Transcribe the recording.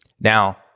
now